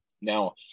Now